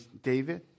David